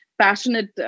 passionate